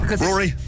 Rory